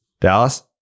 Dallas